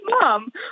mom